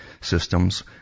systems